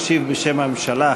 ישיב בשם הממשלה,